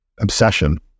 obsession